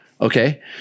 Okay